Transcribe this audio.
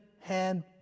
hand